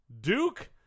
Duke